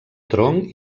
tronc